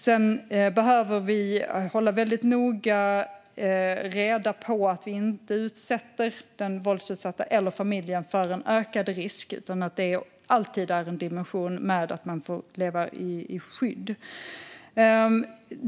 Sedan behöver vi hålla väldigt noga reda på att vi inte utsätter den våldsutsatta eller familjen för en ökad risk, utan att dimensionen alltid finns med att man får leva i skydd.